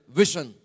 vision